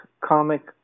comic